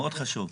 מאוד חשוב.